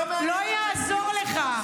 לא מעניין אתכם גיוס כהוא זה.